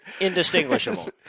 indistinguishable